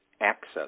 access